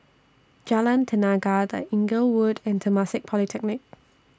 Jalan Tenaga The Inglewood and Temasek Polytechnic